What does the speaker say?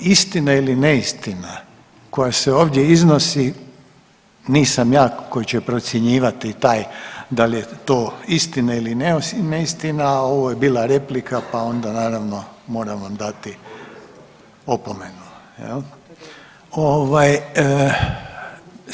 Istina ili neistina koja se ovdje iznosi, nisam ja koji će procjenjivati taj, da li je to istina ili neistina, a ovo je bila replika, pa onda naravno, moram vam dati opomenu, je li?